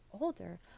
older